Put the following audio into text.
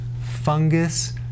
fungus